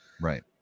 Right